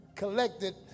collected